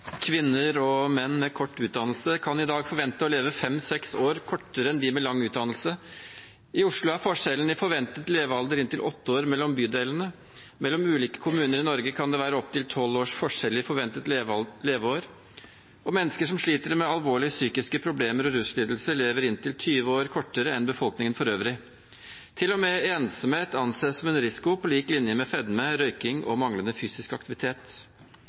Kvinner og menn med kort utdannelse kan i dag forvente å leve fem–seks år kortere enn de med lang utdannelse. I Oslo er forskjellen i forventet levealder inntil åtte år mellom bydelene. Mellom ulike kommuner i Norge kan det være opptil tolv års forskjell i forventet levealder, og mennesker som sliter med alvorlige psykiske problemer og ruslidelser lever inntil 20 år kortere enn befolkningen for øvrig. Til og med ensomhet anses som en risiko, på lik linje med fedme, røyking og manglende fysisk aktivitet.